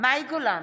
מאי גולן,